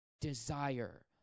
desire